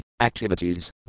Activities